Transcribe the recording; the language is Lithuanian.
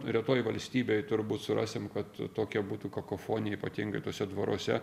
retoj valstybėj turbūt surasim kad tokia būtų kakofonija ypatingai tuose dvaruose